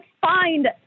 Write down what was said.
find